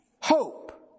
hope